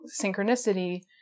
synchronicity